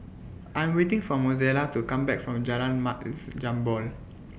I'm waiting For Mozella to Come Back from Jalan Mat Jambol